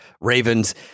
Ravens